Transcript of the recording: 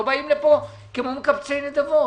לא באים לפה כמו מקבצי נדבות.